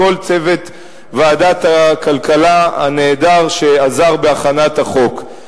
את כל צוות ועדת הכלכלה הנהדר שעזר בהכנת החוק.